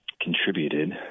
contributed